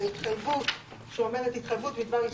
זו התחייבות שאומרת: התחייבות בדבר יישום הכללים הנדרשים.